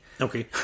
Okay